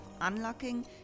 unlocking